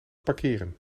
parkeren